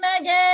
Megan